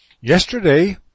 Yesterday